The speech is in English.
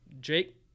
Jake